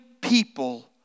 people